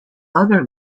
other